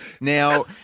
Now